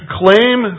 claim